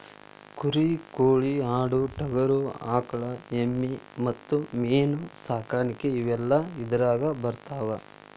ಕುರಿ ಕೋಳಿ ಆಡು ಟಗರು ಆಕಳ ಎಮ್ಮಿ ಮತ್ತ ಮೇನ ಸಾಕಾಣಿಕೆ ಇವೆಲ್ಲ ಇದರಾಗ ಬರತಾವ